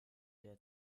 der